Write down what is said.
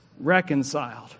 reconciled